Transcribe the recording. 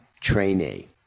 trainee